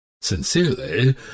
Sincerely